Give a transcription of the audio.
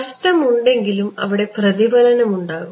നഷ്ടം ഉണ്ടെങ്കിലും അവിടെ പ്രതിഫലനം ഉണ്ടാകും